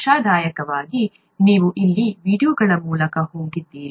ಆಶಾದಾಯಕವಾಗಿ ನೀವು ಇಲ್ಲಿ ವೀಡಿಯೊಗಳ ಮೂಲಕ ಹೋಗಿದ್ದೀರಿ